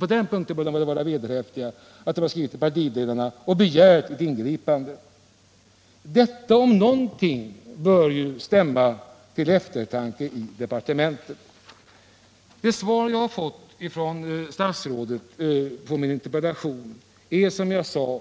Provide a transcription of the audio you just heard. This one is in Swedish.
Man hade skrivit till partiledarna och begärt ett ingripande. Detta om någonting bör ju stämma till eftertanke i departementet. Det svar jag fått från statsrådet på min interpellation är, som jag sade,